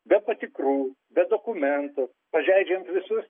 be patikrų be dokumentų pažeidžiant visus